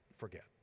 Forget